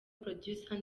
producer